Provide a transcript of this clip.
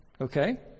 okay